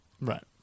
right